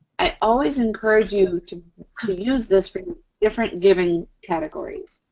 i always encourage you to use this for different giving categories.